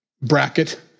bracket